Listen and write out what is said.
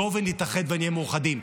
בואו נתאחד ונהיה מאוחדים,